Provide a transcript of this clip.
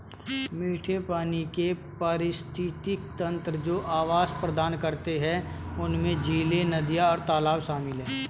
मीठे पानी के पारिस्थितिक तंत्र जो आवास प्रदान करते हैं उनमें झीलें, नदियाँ, तालाब शामिल हैं